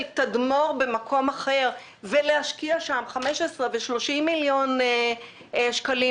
תדמור במקום אחר ולהשקיע שם 15 או 30 מיליון שקלים,